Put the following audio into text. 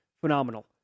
phenomenal